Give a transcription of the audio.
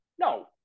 No